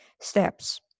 steps